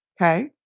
okay